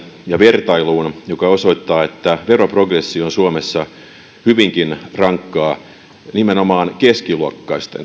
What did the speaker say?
ja vertailuun joka osoittaa että veroprogressio on suomessa hyvinkin rankkaa nimenomaan keskiluokkaisten